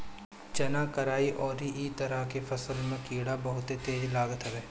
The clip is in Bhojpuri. चना, कराई अउरी इ तरह के फसल में कीड़ा बहुते तेज लागत हवे